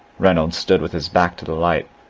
reynolds stood with his back to the light,